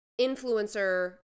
influencer